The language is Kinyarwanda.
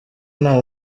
nta